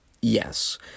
yes